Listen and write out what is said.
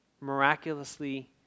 miraculously